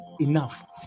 enough